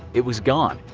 it was gone.